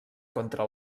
contra